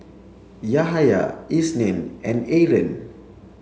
Yahaya Isnin and Aaron